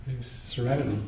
serenity